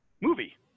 movie